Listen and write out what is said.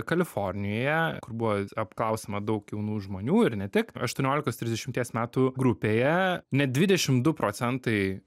kalifornijoje kur buvo apklausiama daug jaunų žmonių ir ne tik aštuoniolikos trisdešimties metų grupėje net dvidešim du procentai